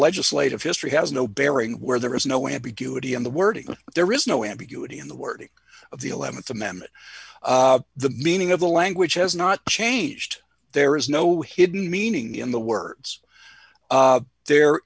legislative history has no bearing where there is no ambiguity in the wording there is no ambiguity in the wording of the th amendment the meaning of the language has not changed there is no hidden meaning in the words there